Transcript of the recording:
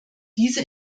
diese